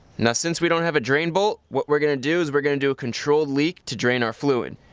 now since we don't have a drain bolt, what we're going to do is we're going to do a controlled leak to drain our fluid.